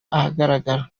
ahagaragara